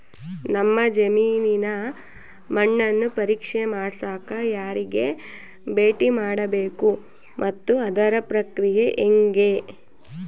ನಮ್ಮ ಜಮೇನಿನ ಮಣ್ಣನ್ನು ಪರೇಕ್ಷೆ ಮಾಡ್ಸಕ ಯಾರಿಗೆ ಭೇಟಿ ಮಾಡಬೇಕು ಮತ್ತು ಅದರ ಪ್ರಕ್ರಿಯೆ ಹೆಂಗೆ?